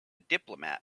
diplomat